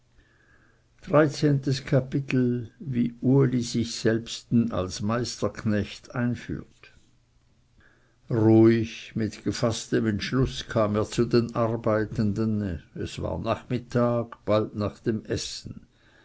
dreizehntes kapitel wie uli sich selbsten als meisterknecht einführt ruhig mit gefaßtem entschluß kam er zu den arbeitenden es war nachmittag bald nach dem essen